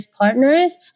partners